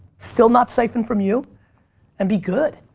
still not siphon from you and be good,